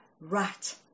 right